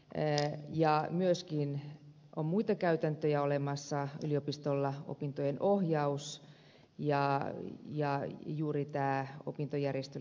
yliopistolla on myöskin muita käytäntöjä olemassa opintojen ohjaus ja juuri tämä opintojärjestelyjen koordinointi